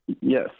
Yes